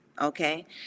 Okay